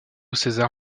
césar